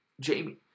Jamie